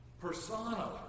persona